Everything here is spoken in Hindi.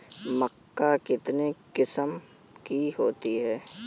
मक्का कितने किस्म की होती है?